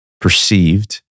perceived